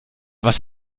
was